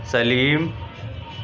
سلیم